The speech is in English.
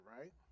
right